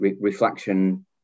reflection